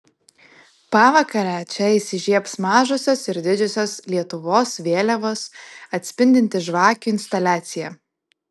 pavakarę čia įsižiebs mažosios ir didžiosios lietuvos vėliavas atspindinti žvakių instaliacija